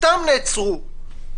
סתם נעצרו.